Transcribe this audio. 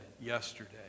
yesterday